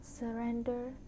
surrender